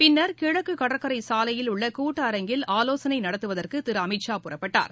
பின்னர் கிழக்கு கடற்கரை சாலையில் உள்ள கூட்ட அரங்கில் ஆலோசனை நடத்துவதற்கு திரு அமித்ஷா புறப்பட்டார்